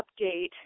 update